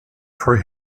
for